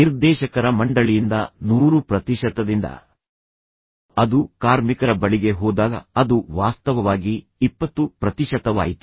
ನಿರ್ದೇಶಕರ ಮಂಡಳಿಯಿಂದ ನೂರು ಪ್ರತಿಶತದಿಂದ ಅದು ಕಾರ್ಮಿಕರ ಬಳಿಗೆ ಹೋದಾಗ ಅದು ವಾಸ್ತವವಾಗಿ ಇಪ್ಪತ್ತು ಪ್ರತಿಶತವಾಯಿತು